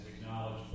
acknowledged